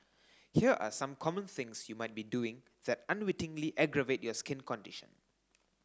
here are some common things you might be doing that unwittingly aggravate your skin condition